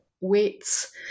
weights